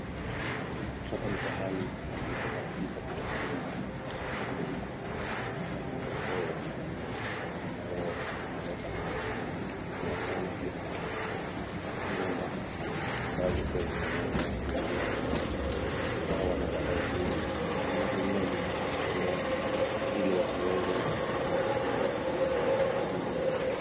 Hapa ni mahali palipoharibika kutokana na mafuriko. Haya ni matokeo ya mvua mingi ambayo yanaleta maji. Unavyoona kuna nyumba ambazo pia zimeweza kuingiwa na maji. Hawa wanadada wawili wanatumia vijiti kutembea ili wasiweze kuanguka kwenye hii maji.